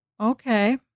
Okay